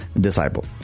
Disciple